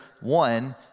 one